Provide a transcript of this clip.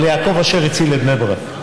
אבל יעקב אשר הציל את בני ברק.